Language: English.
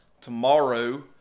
tomorrow